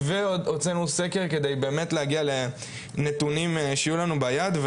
והוצאנו סקר כדי להגיע לנתונים שיהיו לנו ביד.